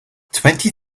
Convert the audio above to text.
twenty